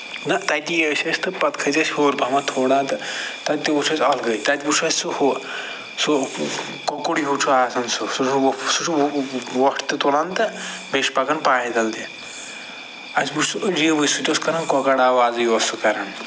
نہَ تَتی ٲسۍ أسی تہٕ پَتہٕ کھٔتۍ أسۍ ہیوٚر پَہمَتھ تھوڑا تہٕ تَتہِ تہِ وُچھ اَسہِ الگٕے تَتہِ وُچھ اَسہِ سُہ ہُو سُہ کۅکُر ہیٛوٗو چھُ آسان سُہ چھُ وُپھ سُہ چھُ ووٚٹھ تہِ تُلان تہٕ بیٚیہِ چھُ پَکان پیدَل تہِ اَسہِ وُچھ سُہ عجیٖبٕے سُہ تہِ اوس کَران کۄکر آوازٕے اوس سُہ کَران